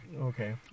Okay